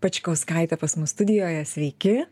pačkauskaitė pas mus studijoje sveiki